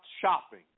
shopping